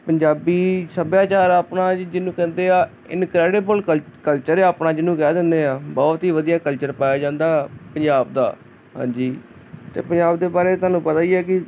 ਪੰਜਾਬੀ ਸੱਭਿਆਚਾਰ ਆਪਣਾ ਜਿਹਨੂੰ ਕਹਿੰਦੇ ਆ ਇਨਕਰੈਡਿਬਲੇ ਕਲ ਕਲਚਰ ਆ ਆਪਣਾ ਜਿਹਨੂੰ ਕਹਿ ਦਿੰਦੇ ਹਾਂ ਬਹੁਤ ਹੀ ਵਧੀਆ ਕਲਚਰ ਪਾਇਆ ਜਾਂਦਾ ਪੰਜਾਬ ਦਾ ਹਾਂਜੀ ਅਤੇ ਪੰਜਾਬ ਦੇ ਬਾਰੇ ਤੁਹਾਨੂੰ ਪਤਾ ਹੀ ਹੈ ਕਿ